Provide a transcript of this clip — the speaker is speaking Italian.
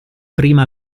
prima